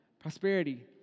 prosperity